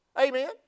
Amen